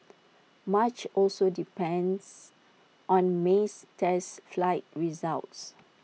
much also depends on May's test flight results